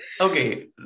okay